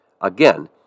Again